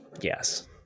Yes